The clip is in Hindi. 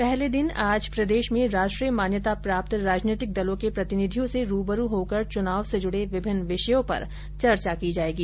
पहले दिन आज प्रदेश में राष्ट्रीय मान्यता प्राप्त राजनीतिक दलों के प्रतिनिधियों से रूबरू होकर चुनाव से जुड़े विभिन्न विषयों पर चर्चा की जायेगी